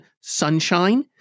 Sunshine